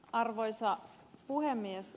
arvoisa puhemies